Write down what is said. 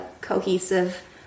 cohesive